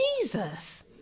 jesus